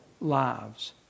lives